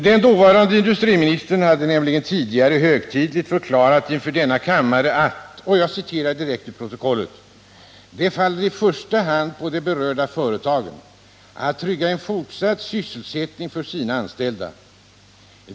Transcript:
Den dåvarande industriministern hade nämligen tidigare högtidligt förklarat inför kammaren att, och jag citerar direkt ur protokollet: ”Det faller i första hand på de berörda företagen att trygga en fortsatt sysselsättning för sina anställda.